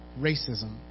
racism